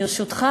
ברשותך,